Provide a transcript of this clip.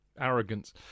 Arrogance